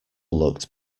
looked